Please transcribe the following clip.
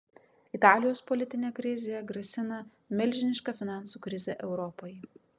italijos politinė krizė grasina milžiniška finansų krize europai